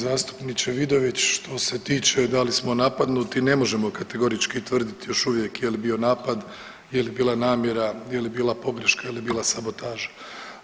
Zastupniče Vidović, što se tiče da li smo napadnuti ne možemo kategorički tvrdit još uvijek je li bio napad, je li bila namjera, je li bila pogreška, je li bila sabotaža.